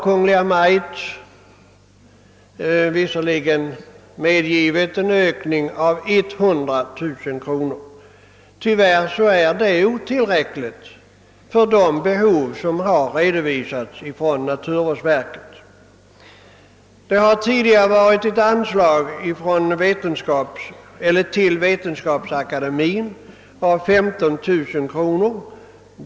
Kungl. Maj:t har visserligen medgivit en ökning med 100000 kronor, men tyvärr är denna ökning otillräcklig för de behov som redovisats av naturvårdsverket. Tidigare har det utgått ett anslag på 15 000 kronor till Vetenskapsakademiens naturskyddskommitté.